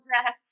dress